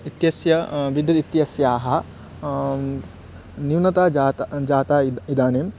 इत्यस्य विद्युत् इत्यस्याः न्यूनता जाता जाता इद् इदानीम्